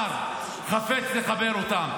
שהשר חפץ לחבר אותם,